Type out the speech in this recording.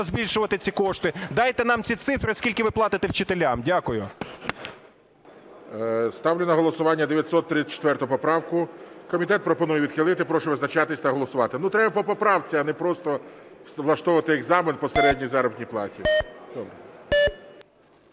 збільшувати ці кошти. Дайте нам ці цифри, скільки ви платите вчителям. Дякую. ГОЛОВУЮЧИЙ. Ставлю на голосування 934 поправку. Комітет пропонує відхилити, прошу визначатись та голосувати. Ну треба по поправці, а не просто влаштовувати екзамен по середній заробітній платі.